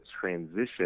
transition